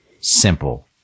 Simple